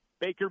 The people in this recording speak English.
Baker